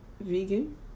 vegan